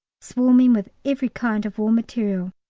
swarming with every kind of war material,